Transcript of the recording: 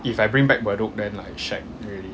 if I bring back bedok then like shag already